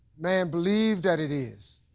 man, believe that it is.